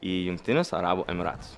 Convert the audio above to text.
į jungtinius arabų emiratus